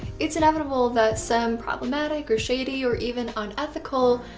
it's inevitable that some problematic or shady, or even unethical,